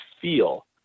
feel